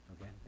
Okay